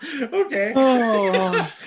Okay